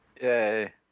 Yay